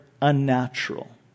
unnatural